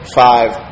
five